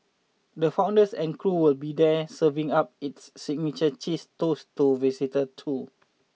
the founders and crew will be there serving up its signature cheese toast to visitor too